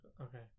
Okay